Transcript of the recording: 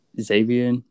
Xavier